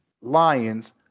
Lions